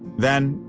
then,